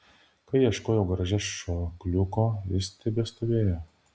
kai ieškojau garaže šokliuko jis tebestovėjo